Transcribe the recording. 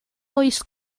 oes